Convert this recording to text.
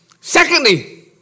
Secondly